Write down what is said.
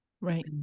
right